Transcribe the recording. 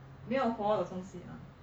没有 hall 的东西